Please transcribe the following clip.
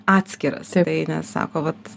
atskiras tai ne sako vat